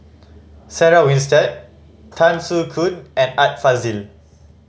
Sarah Winstedt Tan Soo Khoon and Art Fazil